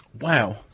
wow